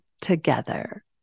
together